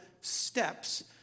steps